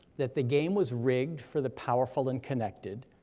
that the game was rigged for the powerful and connected,